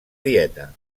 dieta